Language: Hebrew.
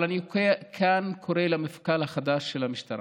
אבל אני כאן קורא למפכ"ל החדש של המשטרה: